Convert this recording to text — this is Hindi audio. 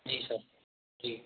जी सर जी